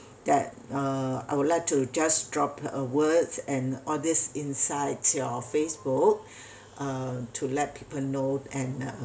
that uh I would like to just drop a words and all this inside your Facebook uh to let people know and uh